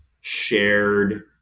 shared